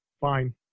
Fine